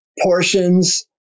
portions